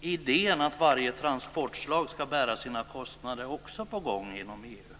Idén att varje transportslag ska bära sina kostnader är också på gång inom EU.